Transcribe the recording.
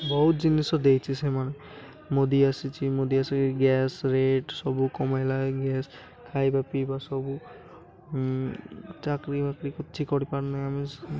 ବହୁତ ଜିନିଷ ଦେଇଛି ସେମାନେ ମୋଦୀ ଆସିଛି ମୋଦୀ ଆସିକି ଗ୍ୟାସ୍ ରେଟ୍ ସବୁ କମାଇଲା ଗ୍ୟାସ୍ ଖାଇବା ପିଇବା ସବୁ ଚାକିରି ବାକିରି କିଛି କରିପାରୁନାହିଁ ଆମେ